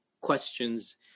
questions